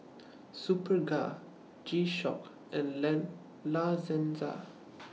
Superga G Shock and Lan La Senza